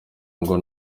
ngo